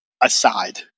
aside